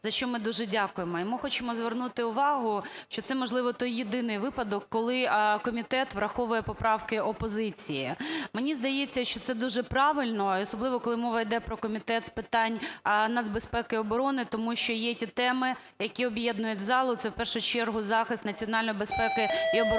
за що ми дуже дякуємо. І ми хочемо звернути увагу, що це, можливо, той єдиний випадок, коли комітет враховує поправки опозиції. Мені здається, що це дуже правильно, і особливо коли мова йде про Комітет з питань нацбезпеки і оборони, тому що є ті теми, які об'єднують зал, і це в першу чергу захист національної безпеки і оборони